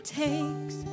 takes